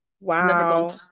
wow